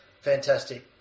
Fantastic